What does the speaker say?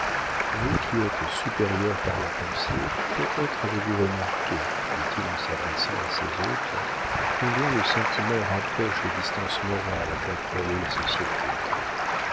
vous qui êtes supérieurs par la pensée peut-être avez-vous remarqué dit-il en s'adressant à ses hôtes combien le sentiment rapproche les distances morales qu'a créées la société